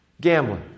gambling